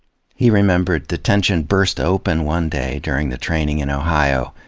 he remembered the tension burst open one day, during the training in ohio,